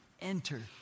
Enter